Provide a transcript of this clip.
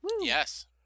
Yes